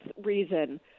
reason